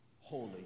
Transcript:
holy